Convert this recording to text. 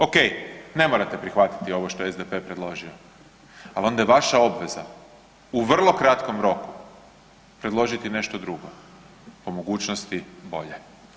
Ok, ne morate prihvatiti ovo što je SDP-e predložio, ali onda je vaša obveza u vrlo kratkom roku predložiti nešto drugo po mogućnosti bolje.